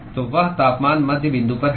तो वह तापमान मध्य बिंदु पर है